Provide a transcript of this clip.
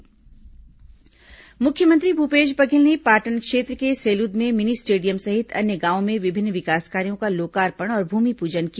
मुख्यमंत्री पाटन मुख्यमंत्री भूपेश बघेल ने पाटन क्षेत्र के सेलूद में मिनी स्टेडियम सहित अन्य गांवों में विभिन्न विकास कार्यो का लोकार्पण और भूमिपूजन किया